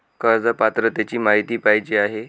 कर्ज पात्रतेची माहिती पाहिजे आहे?